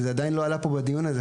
וזה עדיין לא עלה פה בדיון הזה.